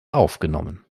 aufgenommen